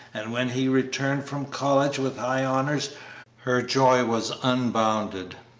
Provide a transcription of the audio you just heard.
and when he returned from college with high honors her joy was unbounded.